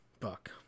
Fuck